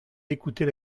d’écouter